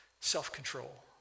self-control